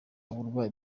uburwayi